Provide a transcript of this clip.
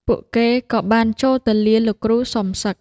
ពួកគេក៏បានចូលទៅលាលោកគ្រូសុំសឹក។